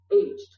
aged